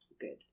good